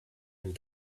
and